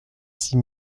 six